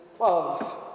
love